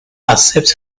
accepts